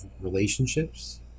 relationships